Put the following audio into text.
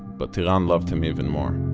but tiran loved him even more.